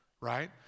right